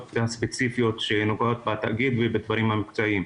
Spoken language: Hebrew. הספציפיות שנוגעות בתאגיד ובדברים המקצועיים.